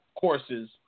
courses